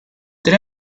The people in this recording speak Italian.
tre